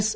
yes